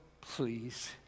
please